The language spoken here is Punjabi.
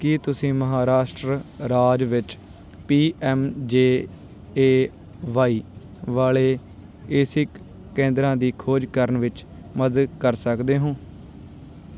ਕੀ ਤੁਸੀਂ ਮਹਾਰਾਸ਼ਟਰ ਰਾਜ ਵਿੱਚ P M J A Y ਵਾਲੇ ਏਸਿਕ ਕੇਂਦਰਾਂ ਦੀ ਖੋਜ ਕਰਨ ਵਿੱਚ ਮਦਦ ਕਰ ਸਕਦੇ ਹੋ